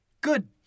Good